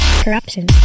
Corruption